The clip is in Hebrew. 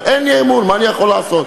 אין לי אמון, מה אני יכול לעשות?